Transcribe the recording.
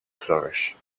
flourish